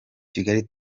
kigali